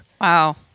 Wow